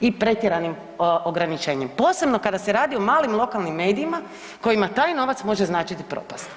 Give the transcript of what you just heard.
i pretjeranim ograničenjem posebno kada se radi o malim lokalnim medijima kojima taj novac može značiti propast.